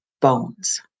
bones